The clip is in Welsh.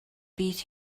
bydd